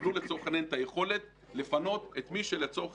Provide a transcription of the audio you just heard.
שיקבלו את היכולת לפנות את מי שלצורך